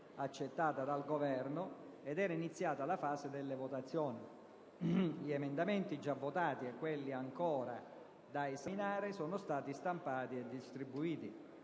accettata dal Governo, ed è iniziata la fase delle votazioni. Gli emendamenti già votati e quelli ancora da esaminare sono stati stampati e distribuiti.